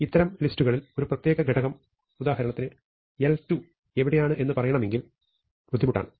ഇത്തരം ലിസ്റ്റുകളിൽ ഒരു പ്രത്യേക ഘടകം ഉദാഹരണത്തിന് l2 എവിടെയാണ് എന്ന് പറയണമെങ്കിൽ ബുദ്ധിമുട്ടാണ്